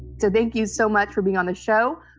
so thank you so much for being on the show.